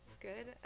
good